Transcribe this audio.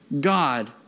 God